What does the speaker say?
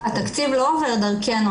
התקציב לא עובר דרכנו.